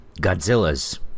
Godzilla's